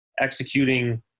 executing